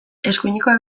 eskuinekoa